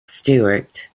stewart